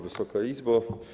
Wysoka Izbo!